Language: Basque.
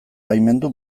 baimendu